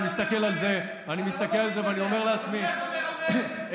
אני מסתכל על זה ואני אומר לעצמי: איך